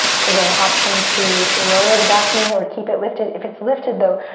again, option to lower the back knee or keep it lifted, if it's lifted though,